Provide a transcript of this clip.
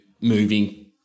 moving